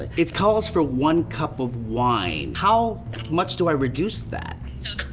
it it calls for one cup of wine. how much do i reduce that? so,